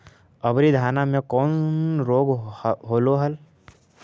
अबरि धाना मे कौन रोग हलो हल?